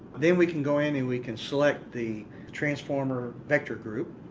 then we can go in and we can select the transformer vector group.